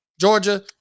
Georgia